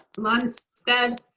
lunstead.